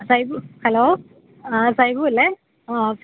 Saibu hello ആ സൈബുവല്ലേ ആ